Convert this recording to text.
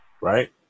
right